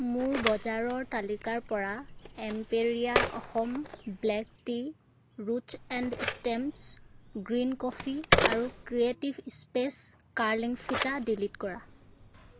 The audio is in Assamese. মোৰ বজাৰৰ তালিকাৰ পৰা এম্পেৰীয়া Assam black tea roots and stems green coffee আৰু ক্ৰিয়েটিভ স্পেচ কাৰ্লিং ফিতা ডিলিট কৰা